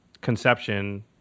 conception